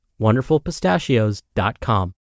wonderfulpistachios.com